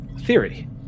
theory